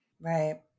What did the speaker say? Right